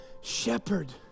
shepherd